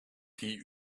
die